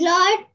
Lord